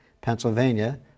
Pennsylvania